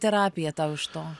terapija tau iš to